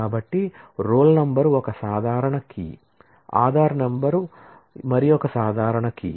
కాబట్టి roll number ఒక సాధారణ కీ